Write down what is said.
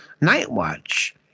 Nightwatch